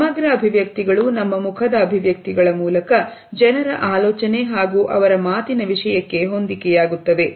ಸಮಗ್ರ ಅಭಿವ್ಯಕ್ತಿಗಳು ನಮ್ಮ ಮುಖದ ಅಭಿವ್ಯಕ್ತಿಗಳು ಮೂಲಕ ಜನರ ಆಲೋಚನೆ ಹಾಗೂ ಅವರ ಮಾತಿನ ವಿಷಯಕ್ಕೆ ಹೊಂದಿಕೆಯಾಗುತ್ತದೆ